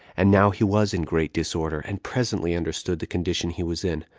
and now he was in great disorder, and presently understood the condition he was in,